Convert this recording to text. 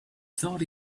thought